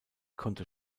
konnte